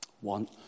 One